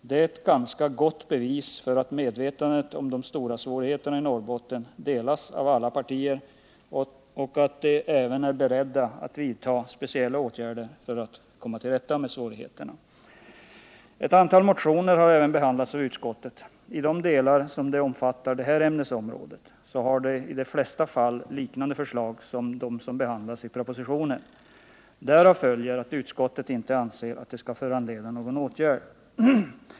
Det är ett ganska gott bevis på att medvetandet om de stora svårigheterna i Norrbotten finns hos alla partier och att vi även är beredda att vidta speciella åtgärder för att komma till rätta med svårigheterna. Ett antal motioner har också behandlats av utskottet. I de delar som de omfattar det här ämnesområdet har de i de flesta fall liknande förslag som de som behandlas i propositionen. Därav följer att utskottet inte anser att de skall föranleda någon åtgärd.